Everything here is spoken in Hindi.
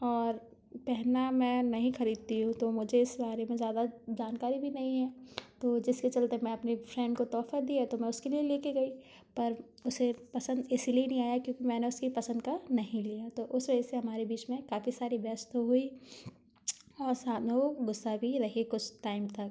और गहना मैं नहीं खरीदती हूँ तो मुझे इस बारे में ज्यादा जानकारी भी नहीं है तो जिसके चलते मैं अपनी फ्रेंड को तोहफ़ा दिया तो मैं उसके लिए ले के गई पर उसे पसंद इसीलिए नहीं आया क्योकि मैंने उसकी पसंद का नहीं लिया तो उस वजह से हमारे बीच में काफी सारी बहस तो हुई और साथ में वो गुस्सा भी रही कुछ टाइम तक